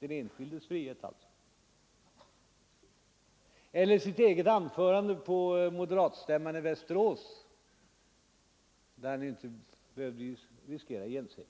Han kan också läsa sitt eget anförande på moderatstämman i Västerås, där han ju inte behövde riskera någon gensaga.